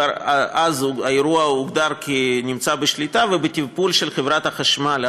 כבר אז האירוע הוגדר כנמצא בשליטה ובטיפול של חברת החשמל,